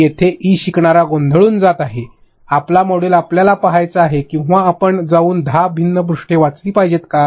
तेथे ई शिकणारा गोंधळून जात आहे आपला मॉड्यूल आपल्याला पहायचा आहे किंवा आपण जाऊन १० भिन्न पृष्ठे वाचली पाहिजे का